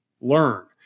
learn